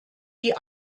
die